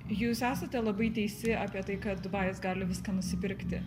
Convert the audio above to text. jūs esate labai teisi apie tai kad dubajus gali viską nusipirkti